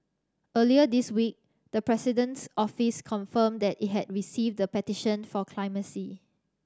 earlier this week the President's Office confirmed that it had received the petition for clemency